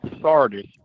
Sardis